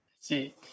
See